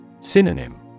Synonym